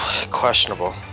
Questionable